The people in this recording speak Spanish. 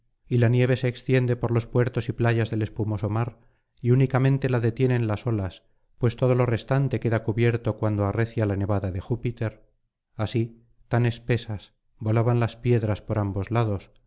y la nieve se extiende por los puertos y playas del espumoso mar y únicamente la detienen las olas pues todo lo restante queda cubierto cuando arrecia la nevada de júpiter así tan espesas volaban las piedras por ambos lados